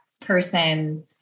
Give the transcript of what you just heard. person